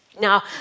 Now